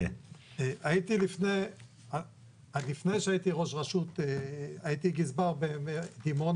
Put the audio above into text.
לפני שהייתי ראש רשות הייתי גזבר בדימונה,